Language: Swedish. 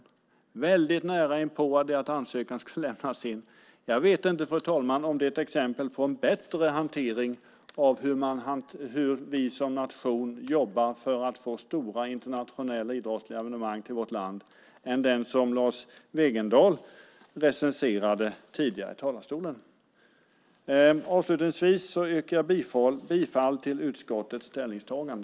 Det var väldigt nära inpå det att ansökan skulle lämnas in. Jag vet inte, fru talman, om det är ett exempel på en bättre hantering av hur vi som nation jobbar för att få stora internationella idrottsliga evenemang till vårt land än den som Lars Wegendal recenserade tidigare i talarstolen. Avslutningsvis yrkar jag bifall till utskottets ställningstagande.